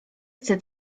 chcę